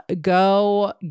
go